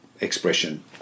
expression